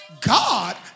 God